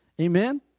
Amen